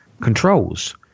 Controls